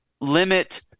limit